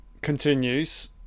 continues